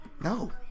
No